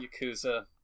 Yakuza